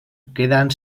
quedant